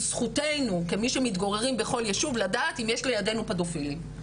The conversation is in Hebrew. זכותנו כמי שמתגוררים בכל ישוב לדעת אם יש לידינו פדופילים,